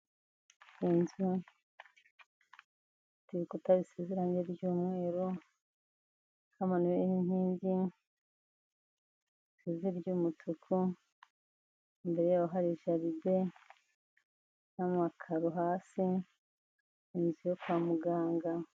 isezeranye ry'umweru kaman n'inkingizi ry'umutuku imbere yohejeride n'amakaro hasi inzu yo kwa muganga